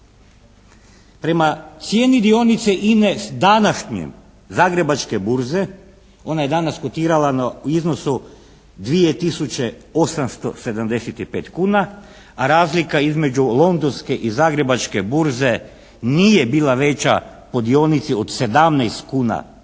Prema cijeni dionice INA-e s današnje Zagrebačke burze, ona je danas kotirala u iznosu 2 tisuće 875 kuna. A razlika između Londonske i Zagrebačke burze nije bila veća po dionici od 17 kuna do sad.